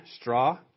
straw